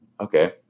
Okay